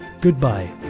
goodbye